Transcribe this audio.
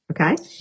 Okay